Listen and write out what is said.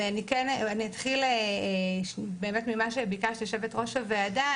אני אתחיל ממה שביקשת, יושבת-ראש הוועדה.